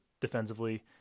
defensively